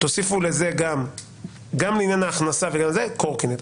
תוסיפו לעניין ה-"הכנסה" גם קורקינט.